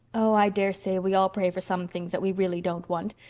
oh, i daresay we all pray for some things that we really don't want,